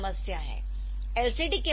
तो यह समस्या है